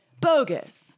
bogus